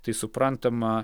tai suprantama